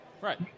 Right